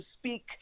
speak